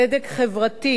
צדק חברתי,